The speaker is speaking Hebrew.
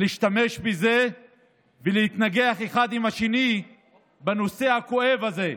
להשתמש בזה ולהתנגח אחד עם השני בנושא הכואב הזה.